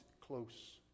close